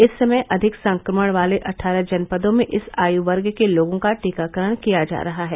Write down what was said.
इस समय अधिक संक्रमण वाले अट्ठारह जनपदों में इस आयु वर्ग के लोगों का टीकाकरण किया जा रहा है